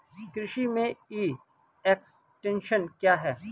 कृषि में e extension क्या है?